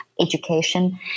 education